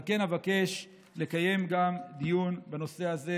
על כן, אבקש לקיים גם דיון בנושא הזה